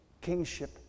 kingship